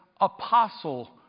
Apostle